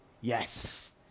Yes